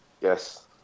Yes